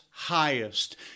highest